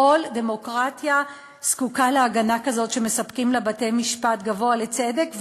כל דמוקרטיה זקוקה להגנה כזאת שמספק לה בית-משפט גבוה לצדק.